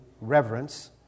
reverence